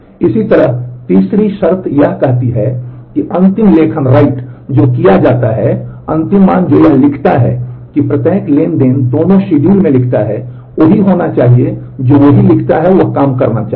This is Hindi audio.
इसी तरह तीसरी शर्त यह कहती है कि अंतिम लेखन जो किया जाता है अंतिम मान जो यह लिखता है कि प्रत्येक ट्रांज़ैक्शन दोनों शेड्यूल में लिखता है वही होना चाहिए जो वही लिखता है जो काम करना चाहिए